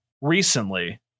recently